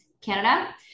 Canada